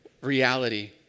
reality